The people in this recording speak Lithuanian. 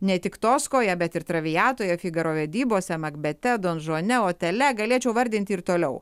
ne tik toskoje bet ir traviatoje figaro vedybose makbete donžuane otele galėčiau vardint ir toliau